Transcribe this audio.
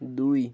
দুই